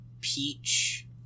peach